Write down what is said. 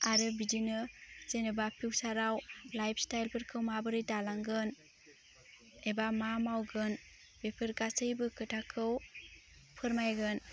आरो बिदिनो जेनेबा फिउसार आव लाइफ स्टाइल फोरखौ माबोरै दालांगोन एबा मा मावगोन बेफोर गासैबो खोथाखौ फोरमायगोन